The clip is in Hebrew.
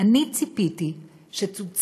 אני ציפיתי שתוצג,